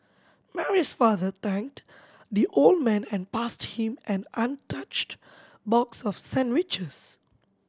Mary's father thanked the old man and passed him an untouched box of sandwiches